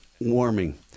warming